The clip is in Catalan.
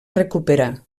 recuperar